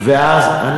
אתה צריך להביא אותו.